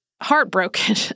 heartbroken